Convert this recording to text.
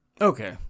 Okay